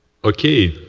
okay.